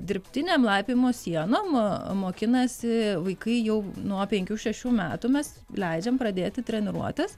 dirbtinėm laipiojimo siena nuo mokinasi vaikai jau nuopenkių šešių metų mes leidžiam pradėti treniruotis